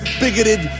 bigoted